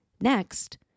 Next